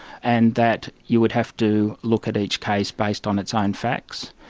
and that you would have to look at each case based on its own facts.